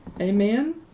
Amen